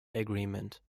agreement